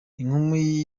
inkumi